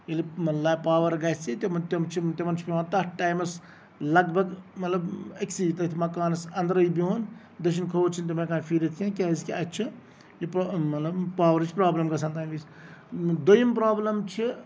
ییٚلہِ مطلب پاور گژھِ تِم چھِ تِمن چھُ پیوان تَتھ ٹایمَس لگ بگ مطلب أکسی مطلب تٔتھۍ مَکانَس اندٕرٕے بِہُن دٔچھُن کھووُر چھِنہٕ تِم ہٮ۪کان پھیٖرِتھ کیٚنہہ کیازِ کہِ اَتہِ چھُ یہِ مطلب پاورٕچ پروبلِم گژھان تَمہِ وِزِ دۄیِم پروبلِم چھِ